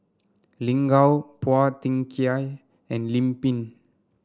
Lin Gao Phua Thin Kiay and Lim Pin